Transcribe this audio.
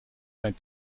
zijn